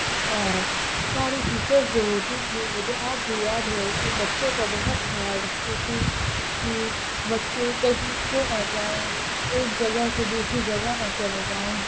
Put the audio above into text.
اور ساری ٹیچرس جو ہوتی تھیں مجھے آج بھی یاد ہے کہ بچوں کا بہت خیال رکھتی تھی کہ بچے کہیں کھو نہ جائیں ایک جگہ سے دوسری جگہ نہ چلے جائیں